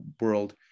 world